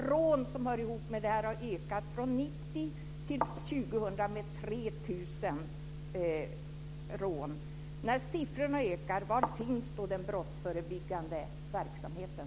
Rån som hör ihop med detta har från 1990 till 2000 ökat med 3 000. Var finns den brottsförebyggande verksamheten?